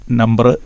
number